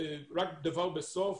עוד דבר בסוף,